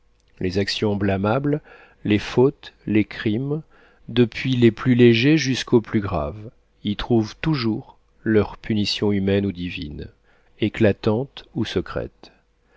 les actions blâmables les fautes les crimes depuis les plus légers jusqu'aux plus graves y trouvent toujours leur punition humaine ou divine éclatante ou secrète